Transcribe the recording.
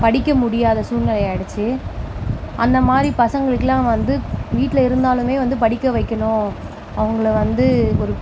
படிக்க முடியாத சூழ்நிலை ஆயிடுச்சு அந்த மாதிரி பசங்களுக்கெலாம் வந்து வீட்டில இருந்தாலுமே வந்து படிக்க வைக்கணும் அவங்களை வந்து ஒரு